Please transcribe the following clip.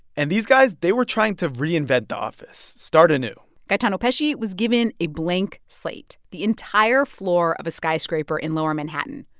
and these guys, they were trying to reinvent the office, start anew gaetano pesce was given a blank slate, the entire floor of a skyscraper in lower manhattan,